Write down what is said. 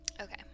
Okay